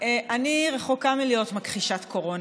אני רחוקה מלהיות מכחישת קורונה.